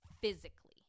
physically